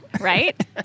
Right